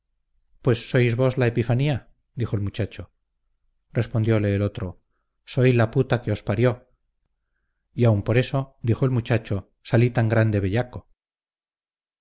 pues sois vos la epifanía dijo el muchacho respondiole el otro soy la puta que os parió y aun por eso dijo el muchacho salí tan grande bellaco